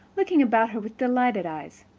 looking about her with delighted eyes.